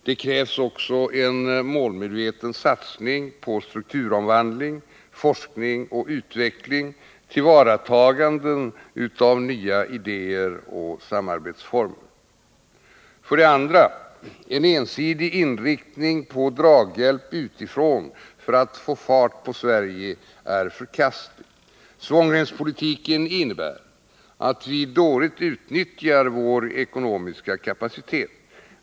Det krävs också en målmedveten satsning på strukturomvandling, forskning och utveckling samt tillvaratagande av nya idéer och samarbetsformer. För det andra: En ensidig inriktning på draghjälp utifrån för att få fart på Sverige är förkastlig. Svångremspolitiken innebär att vi dåligt utnyttjar vår ekonomiska kapacitet.